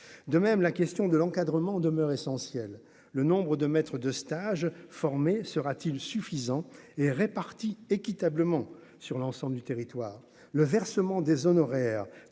de même la question de l'encadrement demeure essentielle, le nombre de maître de stage formé sera-t-il suffisant et répartis équitablement sur l'ensemble du territoire,